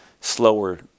slower